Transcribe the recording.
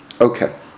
Okay